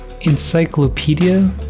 Encyclopedia